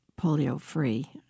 polio-free